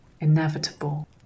inevitable